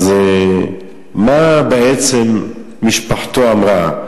אז מה בעצם משפחתו אמרה?